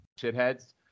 shitheads